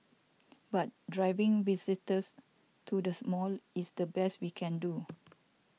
but driving visitors to the small is the best we can do